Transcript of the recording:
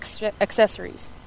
accessories